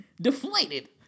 deflated